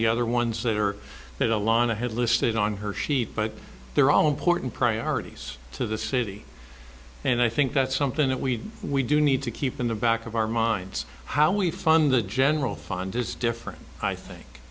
the other ones that are that align ahead listed on her sheet but they're all important priorities to the city and i think that's something that we we do need to keep in the back of our minds how we fund the general fund is different i think